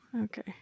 Okay